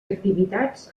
activitats